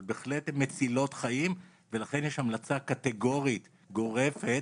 אבל בהחלט הן מצילות חיים ולכן יש המלצה קטיגורית גורפת,